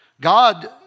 God